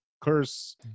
curse